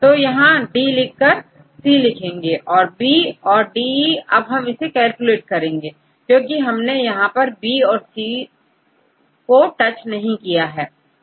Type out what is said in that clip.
तो यहां 9 लिखकर C लिखेंगे फिर B और DE अब हम इसे कैलकुलेट करेंगे क्योंकि हमने यहां पर B और C ओ टच नहीं किया है